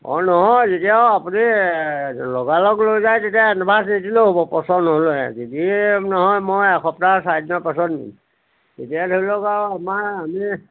অঁ নহয় যদি আৰু আপুনি লগালগ লৈ যায় তেতিয়া এডভাঞ্চ নিদিলেও হ'ব পচন্দ নহ'লে দিম নহয় মই এসপ্তাহ চাৰিদিনৰ পাছত নিম তেতিয়া ধৰি লওক আৰু আমাৰ আমি